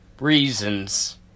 reasons